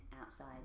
outside